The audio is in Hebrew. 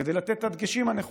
כדי לתת את הדגשים הנכונים,